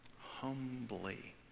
Humbly